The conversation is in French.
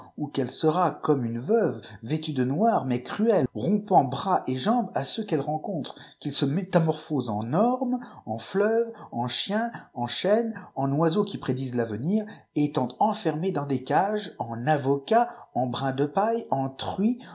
ou qu'elle sera comme une veuve vêtue de noir lùais cruelle rompant bras et jambes à ceux qu'elle rencontré qu'ils se métamorphosent en ormes en fleuves en chiens en chênes en oiseaux qui prédisent l'avenir étant enfermés dans des cages en avocats en brins de paille